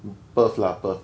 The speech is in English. perth lah perth